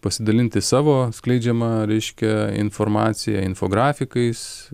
pasidalinti savo skleidžiama reiškia informacija infografikais